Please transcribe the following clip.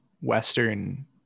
western